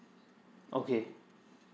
okay